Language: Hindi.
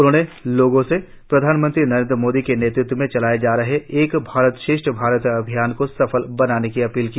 उन्होंने लोगों से प्रधानमंत्री नरेंद्र मोदी के नेतृत्व में चलाए जा रहे एक भारत श्रेष्ठ भारत अभियान को सफल बनाने की अपील की